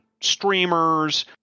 streamers